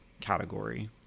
category